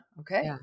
okay